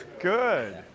Good